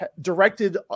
directed